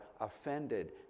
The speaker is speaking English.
offended